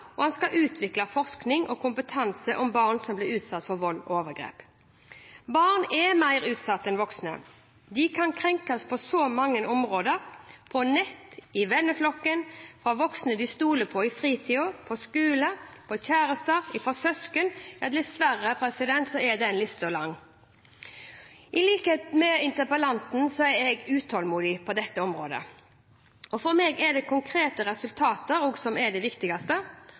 utvikle forskning og kompetanse om barn som blir utsatt for vold og overgrep. Barn er mer utsatt enn voksne. De kan krenkes på så mange områder: på nett, i venneflokken, av voksne de stoler på i fritiden, på skolen, av kjærester, av søsken – listen er dessverre lang. I likhet med interpellanten er jeg utålmodig på dette området. For meg er det de konkrete resultatene som er det viktigste.